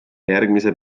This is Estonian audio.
järgmise